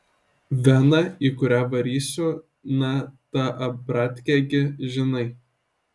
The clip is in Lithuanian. vena į kurią varysiu na ta abratkė gi žinai